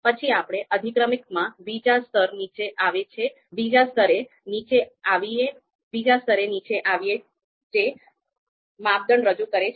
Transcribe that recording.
પછી આપણે અધિક્રમિકમાં બીજા સ્તરે નીચે આવીએ જે માપદંડ રજૂ કરે છે